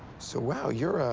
so wow. you're, ah.